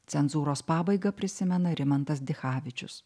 cenzūros pabaigą prisimena rimantas dichavičius